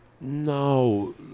No